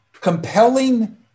compelling